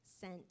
sent